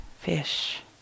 fish